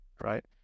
Right